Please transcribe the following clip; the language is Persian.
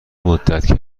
مدت